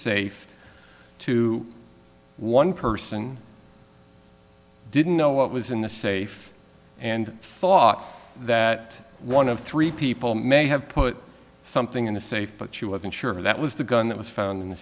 safe to one person didn't know what was in the safe and thought that one of three people may have put something in the safe but she wasn't sure that was the gun that was found in the